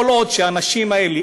כל עוד הנשים האלה,